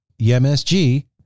EMSG